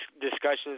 discussions